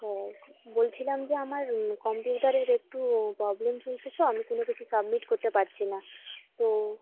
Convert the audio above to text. হ্যাঁ বলছিলাম যে আমার কম্পিউটারের একটু প্রবলেম চলছে তো আমি কোনো কিছু সাবমিট করতে পারছি না তো